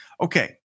Okay